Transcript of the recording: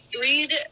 read